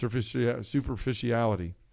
superficiality